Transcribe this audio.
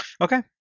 Okay